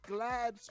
Glad